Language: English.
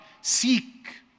Seek